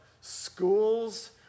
schools